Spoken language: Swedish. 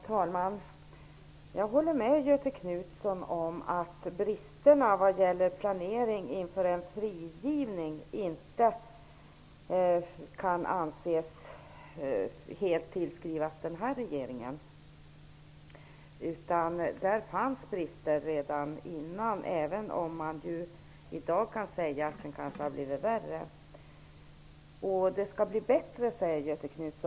Herr talman! Jag håller med Göthe Knutson om att bristerna vad gäller planering inför en frigivning inte helt kan tillskrivas den här regeringen. Redan innan den tillträdde fanns det brister. Däremot kan man kanske säga att det har blivit värre i det avseendet. Det skall bli bättre, säger Göthe Knutson.